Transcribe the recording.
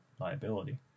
liability